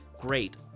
great